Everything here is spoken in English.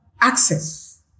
access